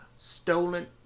Stolen